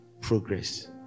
progress